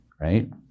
Right